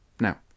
Now